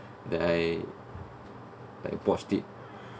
that I like washed it